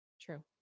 True